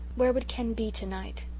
where would ken be tonight?